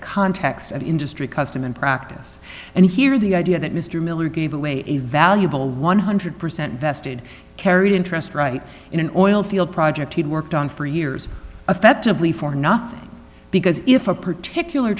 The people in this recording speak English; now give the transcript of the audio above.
context of industry custom and practice and here the idea that mr miller gave away a valuable one hundred percent vested carried interest right in an oil field project he'd worked on for years affectively for nothing because if a particular